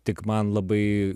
tik man labai